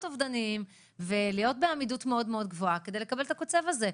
אובדניים ולהיות בעמידות מאוד מאוד גבוהה כדי לקבל את הקוצב הזה.